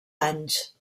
anys